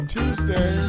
Tuesday